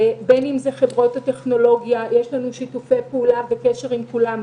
בין אם זה חברות הטכנולוגיה יש לנו שיתופי פעולה וקשר עם כולן,